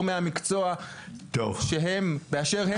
120 חברי כנסת צריכים לשבת בדיון הזה ולא רק ארבעה,